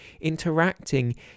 interacting